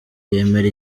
yemera